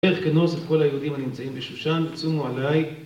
דרך כנוס את כל היהודים הנמצאים בשושן, תשומו עליי.